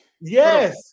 yes